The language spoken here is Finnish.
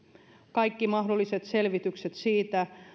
kaikki mahdolliset selvitykset siitä